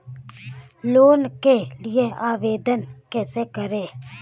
Loan के लिए आवेदन कैसे करें?